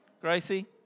Gracie